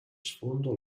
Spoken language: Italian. sfondo